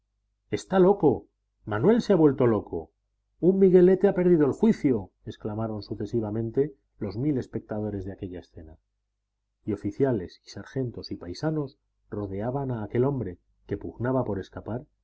está loco manuel se ha vuelto loco un miguelete ha perdido el juicio exclamaron sucesivamente los mil espectadores de aquella escena y oficiales y sargentos y paisanos rodeaban a aquel hombre que pugnaba por escapar